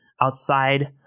outside